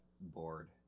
bored